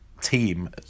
team